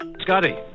scotty